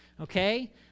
okay